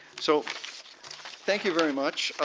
so thank you very much.